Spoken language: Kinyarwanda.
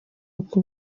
uko